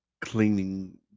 cleaning